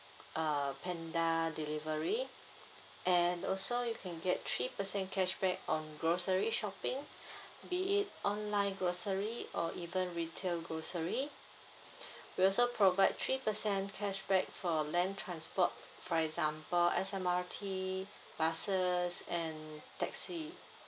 uh panda delivery and also you can get three percent cashback on grocery shopping be it online grocery or even retail grocery we also provide three percent cashback for land transport for example S_M_R_T buses and taxi